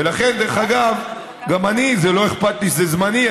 ולכן, דרך אגב, גם אני, לא אכפת שזה זמני.